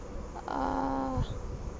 err